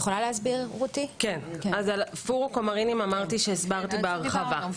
פורו קומרינים הסברתי בהרחבה.